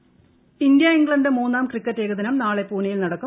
cricket India England മൂന്നാം cricket ഏകദിനം നാളെ പൂനെയിൽ നടക്കും